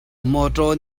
mawtaw